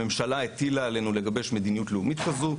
הממשלה הטילה עלינו לגבש מדיניות לאומית כזו.